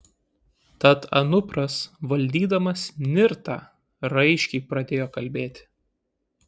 tad anupras valdydamas nirtą raiškiai pradėjo kalbėti